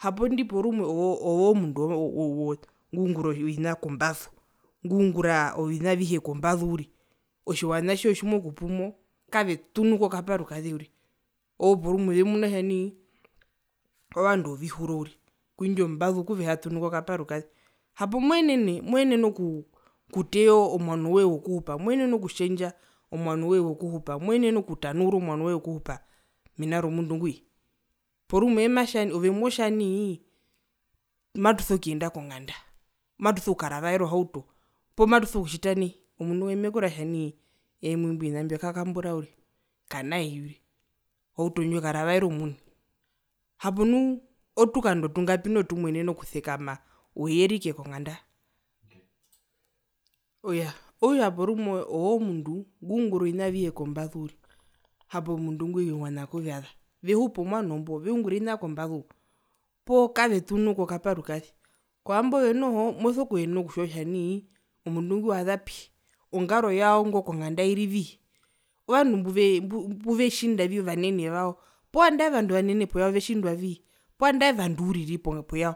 hapo indi porumwe ove oomundu wo wo ngungura ovina kombazu ngungura ovina avihe kombazu uriri otjiwana tjo tjimokupumo kavetunuko kaparuke uriri owo porumwevemuna kutja nai ovandu wovihuro uriri kwindjo mbazu okuvehatunuko kaparukaze hapo moenene moenene okuteya owano woye wokuhupa moenene okutjendja owano woye wokuhupa moenene okutanaura omwano woye wokuhupa mena romundu ngwi. Porumwe eematja nai ove motja nai matuso kuyenda konganda matuso kukaravaera ohauto poo matuso kutjita nai omundu ngo mekuraere kutja nai eye mwimbio vina mbio kakambura uriri kanaii uriri ohauto ndjo karavaere omuni hapo nu otukando tungapi nu tumoenene okusekama oi erike konganda, oo yaa okutja porumwe ove mundu ngura ovina avihe kombazu uriri hapo omundu ngwi oviwana kuvyaza vehupa owano mbo veungura ovina kombazu poo kavetunuko kaparukaze kwambo ove noho moso kuyenena okutjiwa kutja nai omundu ngwi wazapi ongaro yao ngo konganda irivii ovandu mbu mbuve mbu mbuvetjindavi ovanene vao poo andae ovandu ovanene poyao vetjindwavii poo andae ovandu uriri ponga poyao